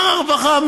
שר הרווחה,